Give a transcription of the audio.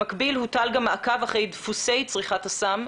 במקביל הוטל גם מעקב אחרי דפוסי צריכת הסם,